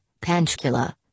Panchkula